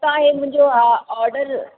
तव्हां हीअ मुंहिंजो आ ऑडर